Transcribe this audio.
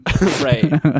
Right